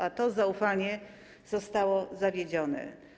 A to zaufanie zostało zawiedzione.